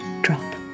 drop